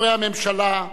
חברי הממשלה,